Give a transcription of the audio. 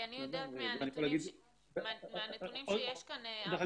אני יודעת מהנתונים שיש כאן -- סליחה,